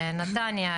נתניה,